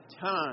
time